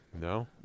no